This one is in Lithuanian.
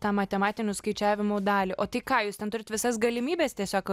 tą matematinių skaičiavimų dalį o tai ką jūs ten turit visas galimybes tiesiog